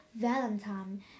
Valentine